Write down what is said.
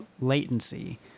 latency